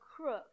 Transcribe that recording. crook